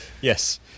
yes